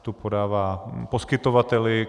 Tu podává poskytovateli.